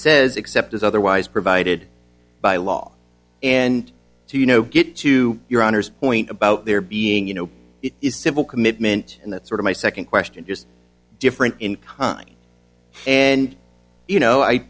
says except as otherwise provided by law and to you know get to your honor's point about there being you know it is civil commitment and that sort of my second question just different in kind and you know i